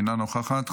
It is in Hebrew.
אינה נוכחת,